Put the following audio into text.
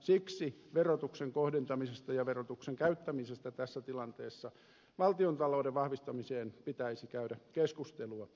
siksi verotuksen kohdentamisesta ja verotuksen käyttämisestä tässä tilanteessa valtiontalouden vahvistamiseen pitäisi käydä keskustelua